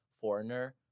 foreigner